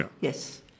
Yes